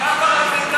גם, צריך,